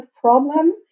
problem